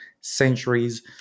centuries